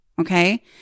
Okay